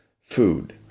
food